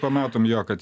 pamatom jog kad